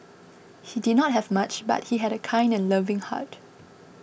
he did not have much but he had a kind and loving heart